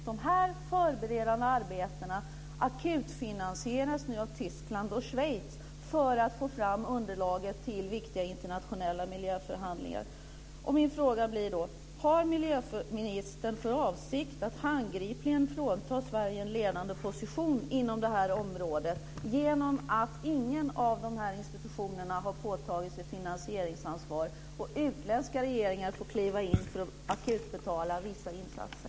De här förberedande arbetena akutfinansieras nu av Tyskland och Schweiz för att få fram underlag till viktiga internationella miljöförhandlingar. Min fråga blir då: Har miljöministern för avsikt att handgripligen frånta Sverige en ledande position inom det här området i och med att ingen av de här institutionerna har påtagit sig finansieringsansvar? Utländska regeringar får alltså kliva in för att akutbetala vissa insatser.